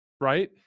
right